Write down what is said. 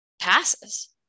passes